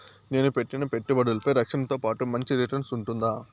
నేను పెట్టిన పెట్టుబడులపై రక్షణతో పాటు మంచి రిటర్న్స్ ఉంటుందా?